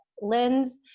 Lens